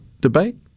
debate